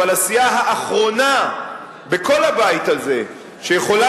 אבל הסיעה האחרונה בכל הבית הזה שיכולה